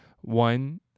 One